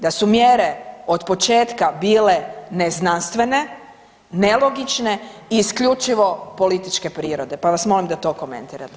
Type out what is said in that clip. Da su mjere od početka bile neznanstvene, nelogične i isključivo političke prirode, pa vas molim da to komentirate.